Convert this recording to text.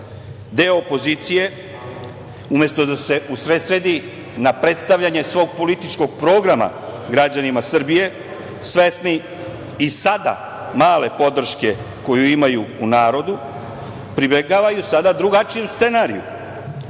deo opozicije umesto da se usredsredi na predstavljanje svog političkog programa građanima Srbije, svesni i sada male podrške koju imaju u narodu, pribegavaju sada drugačijim scenarijima